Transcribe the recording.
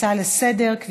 הצעה לסדר-היום מס' 8438,